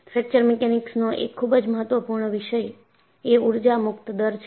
fracture mechanics નો એક ખૂબ જ મહત્વપૂર્ણ વિષય એ ઊર્જા મુક્તિ દર છે